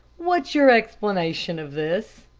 what's your explanation of this?